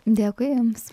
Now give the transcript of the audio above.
dėkui jums